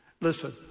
Listen